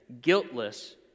guiltless